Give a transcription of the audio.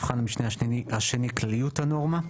מבחן המשנה השני זה כלליות הנורמה,